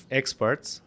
experts